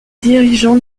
dirigeants